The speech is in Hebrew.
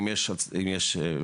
אם יש,